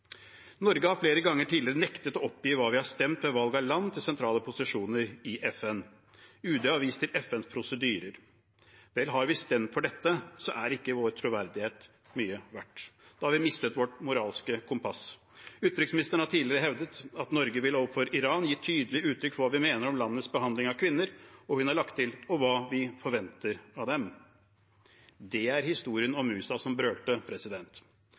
Norge har flere ganger tidligere nektet å oppgi hva vi har stemt ved valg av land til sentrale posisjoner i FN. UD har vist til FNs prosedyrer. Vel, har vi stemt for dette, er ikke vår troverdighet mye verd. Da har vi mistet vårt moralske kompass. Utenriksministeren har tidligere hevdet at Norge overfor Iran vil gi tydelig uttrykk for hva vi mener om landets behandling av kvinner, og hun har lagt til: og hva vi forventer av dem. Det er historien om musa som